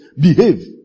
behave